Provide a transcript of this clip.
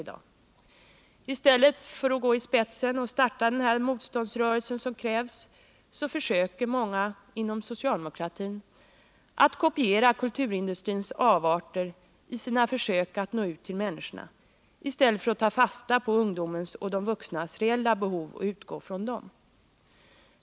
I stället för att gå i spetsen för den motståndsrörelse som krävs och i stället för att ta fasta på ungdomens och de vuxnas reella behov och utgå från dem försöker många inom socialdemokratin att kopiera kulturindustrins avarter i sina försök att nå ut till människorna.